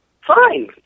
Fine